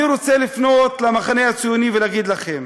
אני רוצה לפנות למחנה הציוני ולהגיד לכם